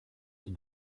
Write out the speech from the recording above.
qui